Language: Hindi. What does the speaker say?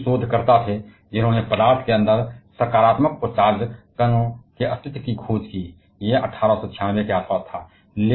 गोल्डस्टीन शोधकर्ता थे जिन्होंने मामले के अंदर सकारात्मक चार्ज कण के अस्तित्व की खोज की यह 1896 के आसपास था